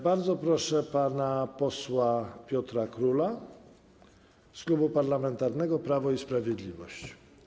Bardzo proszę pana posła Piotra Króla z Klubu Parlamentarnego Prawo i Sprawiedliwość.